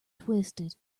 twisted